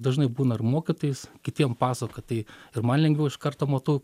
dažnai būna ir mokytojais kitiem pasakot tai ir man lengviau iš karto matau